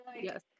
Yes